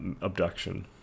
abduction